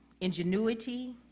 ingenuity